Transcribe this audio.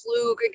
fluke